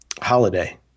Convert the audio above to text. holiday